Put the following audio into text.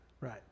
right